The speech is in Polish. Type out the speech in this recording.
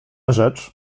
rzecz